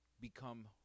become